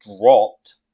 dropped